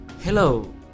Hello